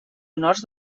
honors